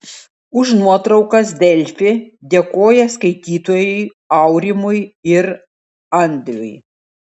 už nuotraukas delfi dėkoja skaitytojui aurimui ir andriui